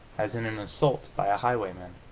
as in an assault by a highwayman.